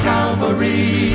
Calvary